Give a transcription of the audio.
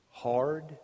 Hard